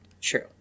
True